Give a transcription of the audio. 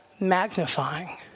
magnifying